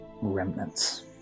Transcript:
remnants